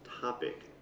topic